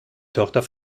tochter